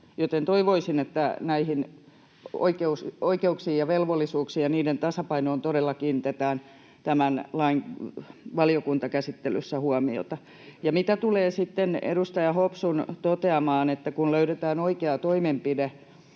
Toivoisin, että näihin oikeuksiin ja velvollisuuksiin ja niiden tasapainoon todella kiinnitetään tämän lain valiokuntakäsittelyssä huomiota. Ja mitä tulee sitten edustaja Hopsun toteamaan, että kun löydetään oikea toimenpide,